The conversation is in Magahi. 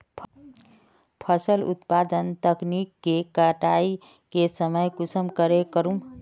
फसल उत्पादन तकनीक के कटाई के समय कुंसम करे करूम?